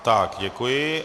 Tak, děkuji.